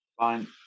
Fine